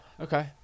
okay